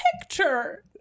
picture